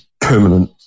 permanent